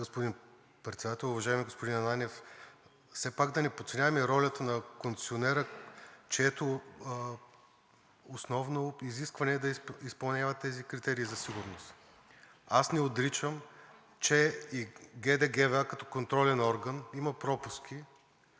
господин Председател. Уважаеми господин Ананиев, все пак да не подценяваме ролята на концесионера, чието основно изискване е да изпълнява тези критерии за сигурност. Аз не отричам, че и ГД ГВА като контролен орган има пропуски